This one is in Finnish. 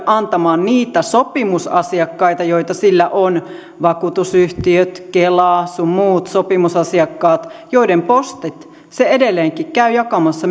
antamaan niitä sopimusasiakkaita joita sillä on vakuutusyhtiöt kela sun muut sopimusasiakkaat joiden postit se edelleenkin käy jakamassa